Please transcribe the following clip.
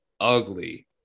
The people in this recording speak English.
ugly